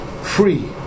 Free